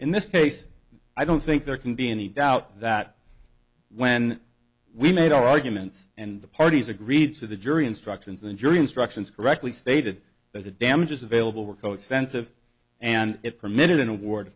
in this case i don't think there can be any doubt that when we made our arguments and the parties agreed to the jury instructions and the jury instructions correctly stated that the damages available were co extensive and it permitted an award